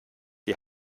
die